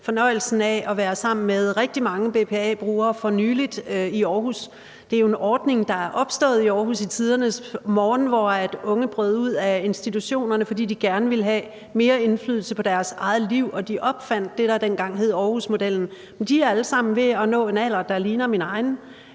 fornøjelsen af at være sammen med rigtig mange BPA-brugere for nylig i Aarhus. Det er jo en ordning, der er opstået i Aarhus i tidernes morgen, hvor unge brød ud af institutionerne, fordi de gerne ville have mere indflydelse på deres eget liv, og de opfandt det, der dengang hed Aarhusmodellen. De er alle sammen ved at nå en alder, der ligner min egen,